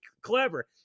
clever